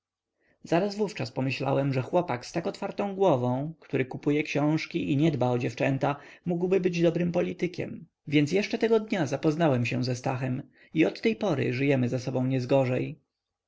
zaraz wówczas pomyślałem że chłopak z tak otwartą głową który kupuje książki i nie dba o dziewczęta mógłby być dobrym politykiem więc jeszcze tego dnia zapoznałem się ze stachem i od tej pory żyjemy ze sobą